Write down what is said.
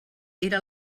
era